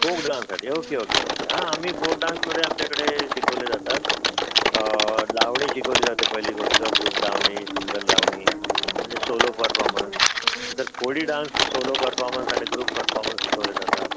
folk डान्ससाठी okay okay okay हां आम्ही फोक डान्समध्ये आमच्याकडे शिकवले जातात लावणी शिकवली जाते पहिली गोष्ट ग्रुप लावणी सिंगल लावणी म्हणजे सोलो परफॉमन्स दुसरं कोळी डान्स सोलो परफॉमन्स आणि ग्रुप परफॉमन्स शिकवले जातात